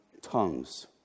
tongues